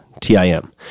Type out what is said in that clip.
T-I-M